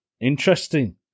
Interesting